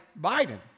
Biden